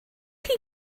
chi